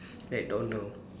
McDonald